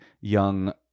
young